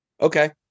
Okay